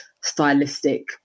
stylistic